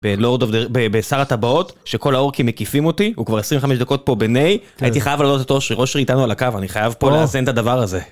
ב"שר הטבעות", שכל האורקים מקיפים אותי, הוא כבר 25 דקות פה בניי, הייתי חייב לעלות את אושרי, אושרי איתנו על הקו, אני חייב פה לאזן את הדבר הזה.